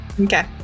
Okay